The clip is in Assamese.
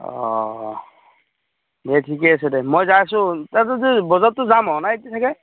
অ দে ঠিকে আছে দে মই যাই আছোঁ তাতেতো বজাৰততো জাম হোৱা নাই তেনেকৈ